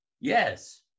Yes